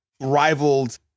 rivaled